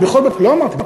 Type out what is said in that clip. לא אמרתי.